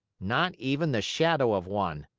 not even the shadow of one.